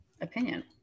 opinion